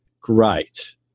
great